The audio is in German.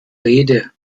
rede